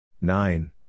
nine